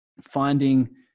finding